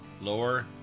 lower